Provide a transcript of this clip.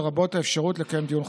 לרבות האפשרות לקיים דיון חוזר,